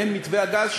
מעין מתווה הגז,